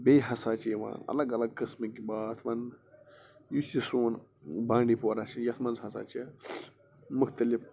بیٚیہِ ہسا چھِ یِوان الَگ الَگ قٕسمٕکۍ بٲتھ وننہٕ یُس یہِ سوٗن بانٛڈی پورہ چھُ یتھ منٛز ہسا چھِ مختلِف